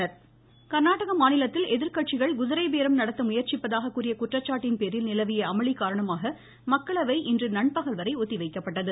அவை கர்நாடக மாநிலத்தில் எதிர்கட்சிகள் குதிரை பேரம் நடத்த முயற்சிப்பதாக கூறிய குற்றச்சாட்டின்பேரில் நிலவிய அமளி காரணமாக மக்களவை இன்று நண்பகல்வரை ஒத்திவைக்கப்பட்டது